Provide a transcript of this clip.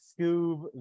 scoob